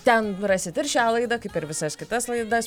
ten rasit ir šią laidą kaip ir visas kitas laidas